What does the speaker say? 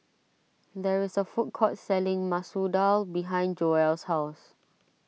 there is a food court selling Masoor Dal behind Joelle's house